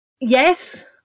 yes